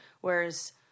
Whereas